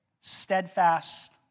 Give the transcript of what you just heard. steadfast